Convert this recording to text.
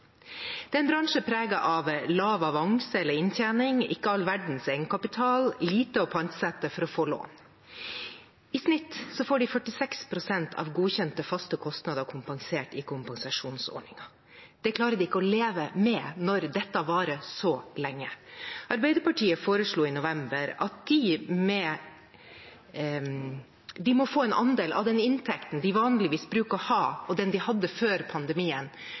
bransje preget av lav avanse eller inntjening, ikke all verdens egenkapital, lite å pantsette for å få lån. I snitt får de 46 pst. av godkjente faste kostnader kompensert i kompensasjonsordningen. Det klarer de ikke å leve med når dette varer så lenge. Arbeiderpartiet foreslo i november at de må få en andel av den inntekten de vanligvis bruker å ha, og den de hadde før pandemien,